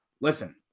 Listen